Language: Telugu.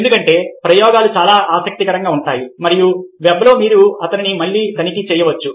ఎందుకంటే ప్రయోగాలు చాలా ఆసక్తికరంగా ఉంటాయి మరియు వెబ్లో మీరు అతనిని మళ్లీ తనిఖీ చేయవచ్చు